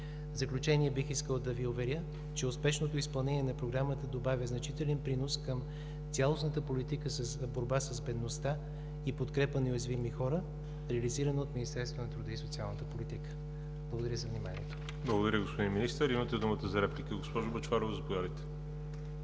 В заключение бих искал да Ви уверя, че успешното изпълнение на Програмата добавя значителен принос към цялостната политика за борба с бедността и подкрепа на уязвими хора, реализирана от Министерство на труда и социалната политика. Благодаря за вниманието. ПРЕДСЕДАТЕЛ ВАЛЕРИ ЖАБЛЯНОВ: Благодаря, господин Министър. Имате думата за реплика, госпожо Бъчварова. Заповядайте.